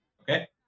Okay